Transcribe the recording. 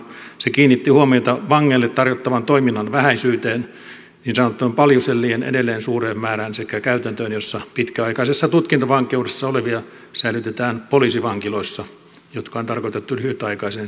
se kiinnitti huomiota vangeille tarjottavan toiminnan vähäisyyteen niin sanottujen paljusellien edelleen suureen määrään sekä käytäntöön jossa pitkäaikaisessa tutkintavankeudessa olevia säilytetään poliisivankiloissa jotka on tarkoitettu lyhytaikaiseen säilytykseen